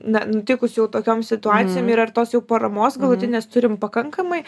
na nutikus jau tokiom situacijom ir ar tos jau paramos galutinės turim pakankamai